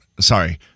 sorry